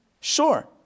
Sure